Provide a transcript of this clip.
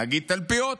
נגיד תלפיות?